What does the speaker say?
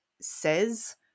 says